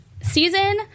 season